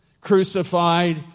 crucified